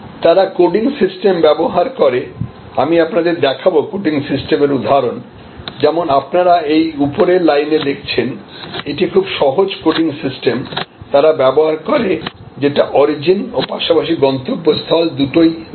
তারা coding system ব্যবহার করে আমি আপনাদের দেখাবো কোডিং সিস্টেম এর উদাহরণ যেমন আপনারা এই উপরের লাইনে দেখছেন এটি খুব সহজ কোডিং সিস্টেম তারা ব্যবহার করে যেটা অরিজিন ও পাশাপাশি গন্তব্যস্থল দুটোই দেখায়